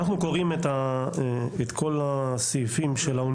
אנחנו בסעיף 1 סעיף ההגדרות,